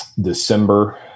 December